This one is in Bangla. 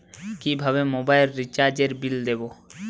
কিভাবে মোবাইল রিচার্যএর বিল দেবো?